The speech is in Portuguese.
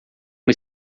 uma